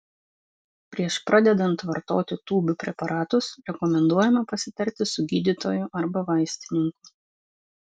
prieš pradedant vartoti tūbių preparatus rekomenduojama pasitarti su gydytoju arba vaistininku